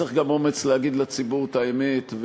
צריך גם אומץ להגיד לציבור את האמת,